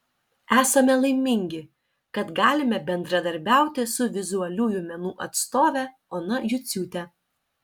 esame laimingi kad galime bendradarbiauti su vizualiųjų menų atstove ona juciūte